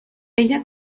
ella